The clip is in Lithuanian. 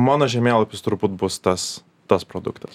mano žemėlapius turbūt bus tas tas produktas